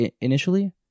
initially